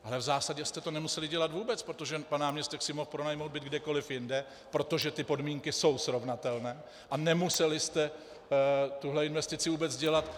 Ale v zásadě jste to nemuseli dělat vůbec, protože pan náměstek si mohl pronajmout byt kdekoliv jinde, protože ty podmínky jsou srovnatelné, a nemuseli jste tuhle investici vůbec dělat.